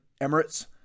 Emirates